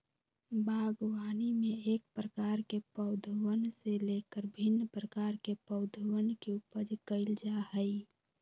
बागवानी में एक प्रकार के पौधवन से लेकर भिन्न प्रकार के पौधवन के उपज कइल जा हई